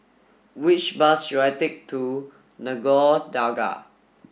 which bus should I take to Nagore Dargah